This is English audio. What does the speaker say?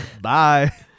bye